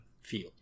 field